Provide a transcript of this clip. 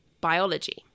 biology